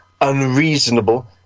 unreasonable